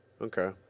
Okay